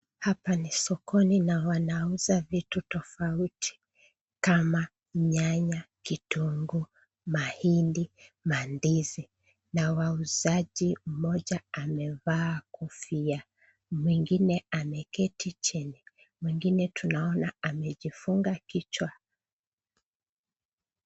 Hapa ni sokoni na wanauza vitu tofauti kama nyanya, kitunguu, mahindi, mandizi. Na wauzaji mmoja amevaa kofia, mwingine ameketi chini, mwingine tunaona amejifunga kichwa.